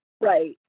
Right